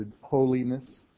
holiness